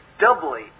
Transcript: doubly